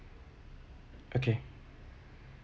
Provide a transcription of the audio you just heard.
okay